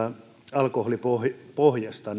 alkoholipohjasta